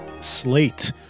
slate